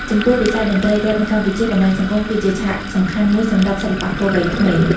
ចំពោះវិស័យតន្ត្រីរ៉េបនៅកម្ពុជា បណ្ដាញសង្គមគឺជាឆាកសំខាន់មួយសម្រាប់សិល្បករវ័យក្មេង។